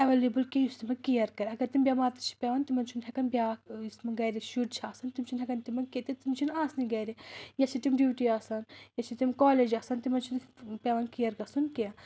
available کینٛہہ یُس تِمن کیر کرِ اگر تِم بیمار تہِ چھِ پیٚوان تِمَن چھُنہٕ ہیٚکان بیٛاکھ یُس تِمَن گرِ شُرۍ چھِ آسان تِم چھِنہٕ ہیٚکَان تِمَن کتیہِ تِم چھہٕ آسنٕے گرِ یا چھِ تِم ڈِیوٹی آسان یا چھ تِم کالیج آسان تِمَن چھُنہٕ پیٚوان کیر گژھُن کینٛہہ